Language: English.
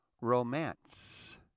romance